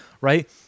right